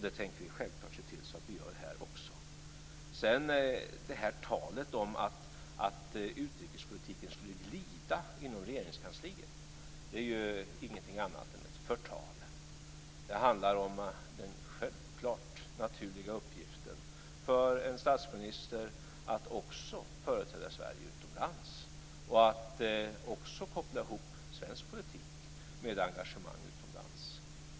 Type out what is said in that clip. Det tänker vi självklart se till att vi gör också här. Talet om att utrikespolitiken skulle glida inom Regeringskansliet är ingenting annat än ett förtal. Det handlar om den naturliga uppgiften för en statsminister att också företräda Sverige utomlands och att också koppla ihop svensk politik med engagemang utomlands.